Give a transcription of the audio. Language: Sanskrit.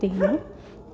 तेन